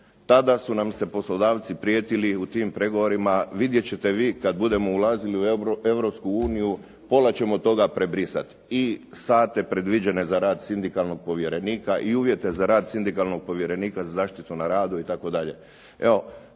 Tada su nam se poslodavci prijetili u tim pregovorima, vidjet ćete vi kada budemo ulazili u Europsku uniju pola ćemo toga prebrisati i sate predviđene za rad sindikalnog povjerenika i uvijete za rad sindikalnog povjerenika za zaštitu na radu itd.